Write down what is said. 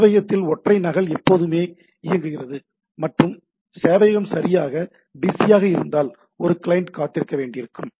சேவையகத்தின் ஒற்றை நகல் எப்போதுமே இயங்குகிறது மற்றும் சேவையகம் சரியாக பிஸியாக இருந்தால் ஒரு கிளையன்ட் காத்திருக்க வேண்டியிருக்கும்